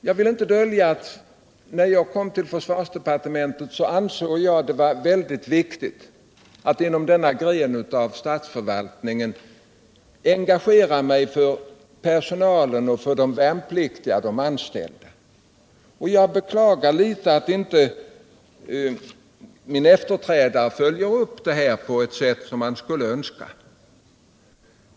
Jag vill inte dölje att jag, när jag kom till försvarsdepartementet, ansåg att det var mycket viktigt att inom denna gren av statsförvaltningen engagera mig för de värnpliktiga och de anställda. Jag beklagar att min efterträdare inte följer upp detta på ett sätt som jag skulle önska att han gjorde.